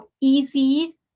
easy